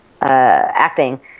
acting